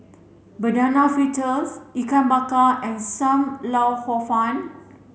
banana fritters Ikan Bakar and Sam Lau Hor Fun